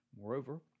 Moreover